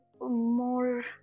more